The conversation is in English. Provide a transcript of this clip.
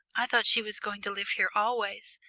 i thought she was going to live here always,